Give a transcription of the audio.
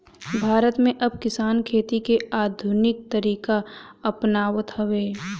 भारत में अब किसान खेती के आधुनिक तरीका अपनावत हवे